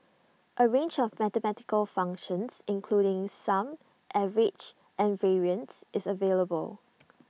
A range of mathematical functions including sum average and variance is available